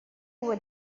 over